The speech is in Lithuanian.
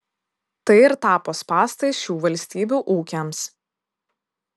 tai ir tapo spąstais šių valstybių ūkiams